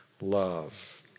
love